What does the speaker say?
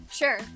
Sure